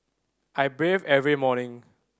I bathe every morning